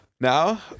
Now